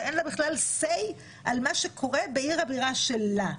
למדינה שאין לה בכלל סיי על מה שקורה בעיר הבירה שלה.